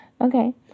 Okay